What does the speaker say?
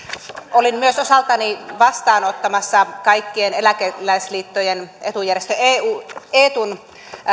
olin myös osaltani vastaanottamassa kaikkien eläkeläisliittojen etujärjestö eetun